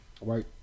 Right